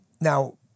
Now